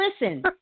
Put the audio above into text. listen